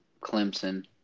Clemson